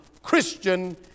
Christian